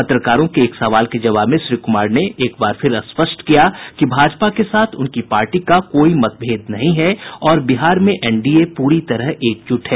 पत्रकारों के एक सवाल के जवाब में श्री कुमार ने एक बार फिर स्पष्ट किया कि भाजपा के साथ उनकी पार्टी का कोई मतभेद नहीं है और बिहार में एनडीए पूरी तरह एकजुट है